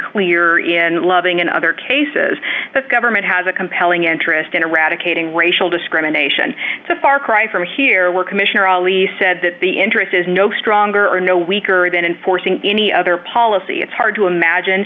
clear in loving in other cases the government has a compelling interest in eradicating racial discrimination so far cry from here where commissioner elise said that the interest is no stronger or no weaker than enforcing any other policy it's hard to imagine